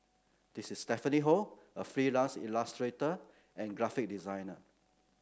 this is Stephanie Ho a freelance illustrator and graphic designer